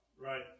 Right